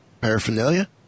paraphernalia